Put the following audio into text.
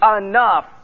enough